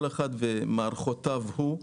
כל אחד ומערכותיו הוא,